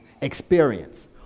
experience